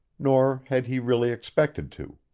nor had he really expected to.